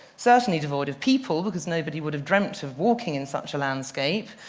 certainly devoid of people, because nobody would have dreamed of walking in such a landscape.